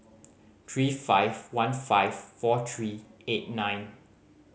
three five one five four three eight nine